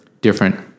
different